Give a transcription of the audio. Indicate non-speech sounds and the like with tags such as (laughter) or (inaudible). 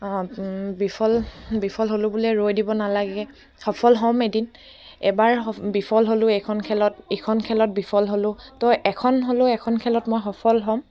বিফল বিফল হ'লোঁ বোলে ৰৈ দিব নালাগে সফল হ'ম এদিন এবাৰ বিফল হ'লোঁ এইখন খেলত ইখন খেলত বিফল হ'লোঁ তো এখন (unintelligible) এখন খেলত মই সফল হ'ম